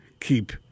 keep